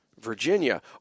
Virginia